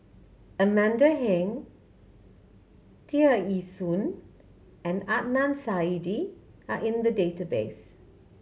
Amanda Heng Tear Ee Soon and Adnan Saidi are in the database